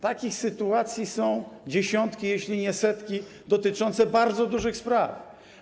Takich sytuacji są dziesiątki, jeśli nie setki, i dotyczą one bardzo dużych spraw.